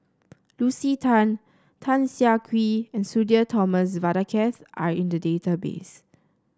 Lucy Tan Tan Siah Kwee and Sudhir Thomas Vadaketh are in the database